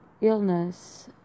illness